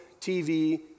TV